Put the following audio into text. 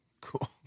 Cool